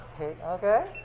Okay